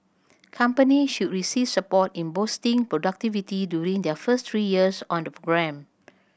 company should receive support in boosting productivity during their first three years on the programme